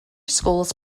schools